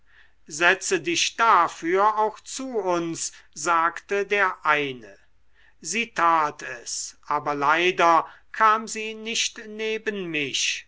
setze dich dafür auch zu uns sagte der eine sie tat es aber leider kam sie nicht neben mich